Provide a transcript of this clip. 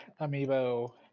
Amiibo